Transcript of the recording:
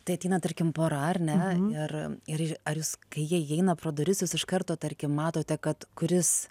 tai ateina tarkim pora ar ne ir ir ar jūs kai jie įeina pro duris jūs iš karto tarkim matote kad kuris